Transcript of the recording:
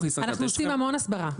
אנחנו עושים המון הסברה.